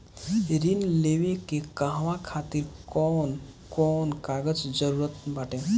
ऋण लेने के कहवा खातिर कौन कोन कागज के जररूत बाटे?